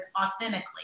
authentically